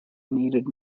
needed